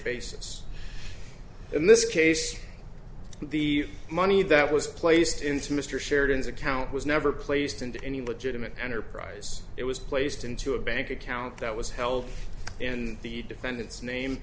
basis in this case the money that was placed into mr sheridan's account was never placed into any legitimate enterprise it was placed into a bank account that was held in the defendant's name